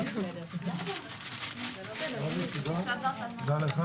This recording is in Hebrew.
ננעלה בשעה